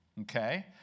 okay